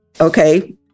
okay